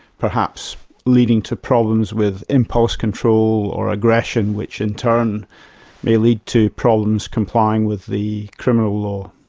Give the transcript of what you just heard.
perhaps leading to problems with impulse control or aggression which in term may lead to problems complying with the criminal law.